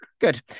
Good